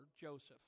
Joseph